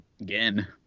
again